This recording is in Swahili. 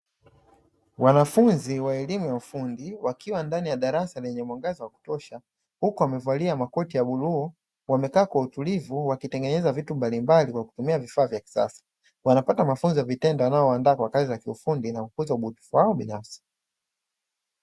Wanafunzi wa elimu ya ufundi wakiwa ndani ya darasa lenye mwangaza wa kutosha, huku wamevalia makoti ya bluu, wamekaa kwa utulivu wakitengeneza vitu mbalimbali kwa kutumia vifaa vya kisasa. Wanapata mafunzo ya vitendo yanayowandaa kwa kazi za kiufundi, na kukuza ubunifu wao binafsi.